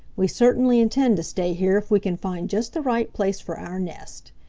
we certainly intend to stay here if we can find just the right place for our nest.